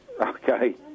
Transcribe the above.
Okay